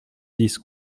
dix